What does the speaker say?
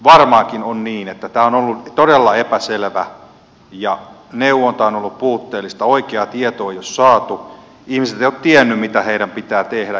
varmaankin on niin että tämä on ollut todella epäselvää ja neuvonta on ollut puutteellista oikeaa tietoa ei ole saatu ihmiset eivät ole tienneet mitä heidän pitää tehdä